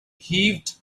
heaved